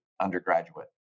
undergraduate